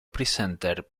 presenter